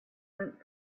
went